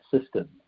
system